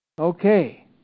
Okay